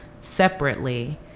separately